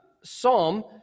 psalm